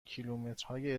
کیلومترهای